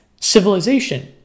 civilization